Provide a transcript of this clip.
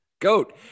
Goat